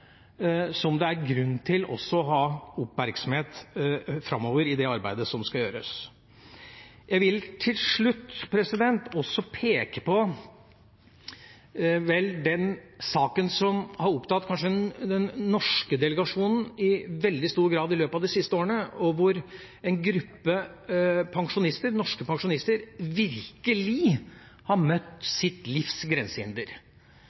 som det er grunn til å ha oppmerksomhet på framover i det arbeidet som skal gjøres. Jeg vil til slutt også peke på den saken som vel har opptatt den norske delegasjonen i veldig stor grad i løpet av de siste årene, hvor en gruppe pensjonister, norske pensjonister, virkelig har